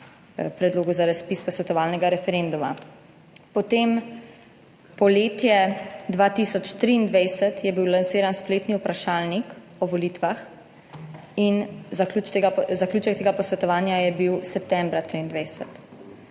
predlogu za razpis posvetovalnega referenduma. Potem poletje 2023 je bil lansiran spletni vprašalnik o volitvah in zaključek tega posvetovanja je bil septembra 2023.